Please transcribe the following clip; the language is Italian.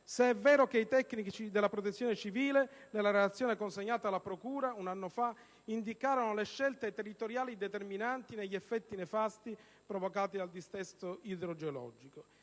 se è vero che i tecnici della Protezione civile, nella relazione consegnata alla procura un anno fa, indicarono le scelte territoriali determinanti negli effetti nefasti provocati dal dissesto idrogeologico.